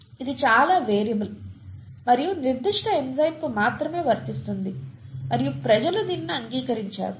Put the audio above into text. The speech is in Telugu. ఇది చాలా వేరియబుల్ మరియు నిర్దిష్ట ఎంజైమ్కు మాత్రమే వర్తిస్తుంది మరియు ప్రజలు దీనిని అంగీకరించారు